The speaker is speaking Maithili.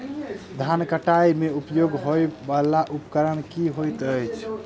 धान कटाई मे उपयोग होयवला उपकरण केँ होइत अछि?